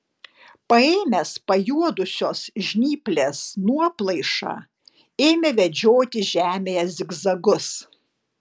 paėmęs pajuodusios žnyplės nuoplaišą ėmė vedžioti žemėje zigzagus